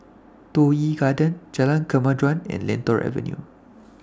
Toh Yi Garden Jalan Kemajuan and Lentor Avenue